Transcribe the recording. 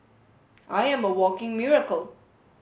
I am a walking miracle